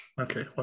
Okay